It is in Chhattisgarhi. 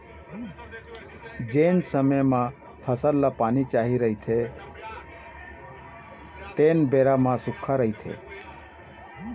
जेन समे म फसल ल पानी चाही रहिथे तेन बेरा म सुक्खा रहिथे